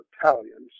Italians